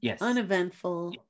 uneventful